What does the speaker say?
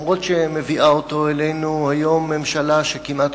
למרות שמביאה אותו אלינו היום ממשלה שכמעט